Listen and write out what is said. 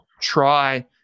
try